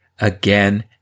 again